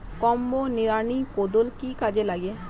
Combo নিড়ানি কোদাল কি কাজে লাগে?